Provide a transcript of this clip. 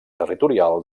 territorial